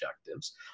objectives